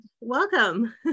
welcome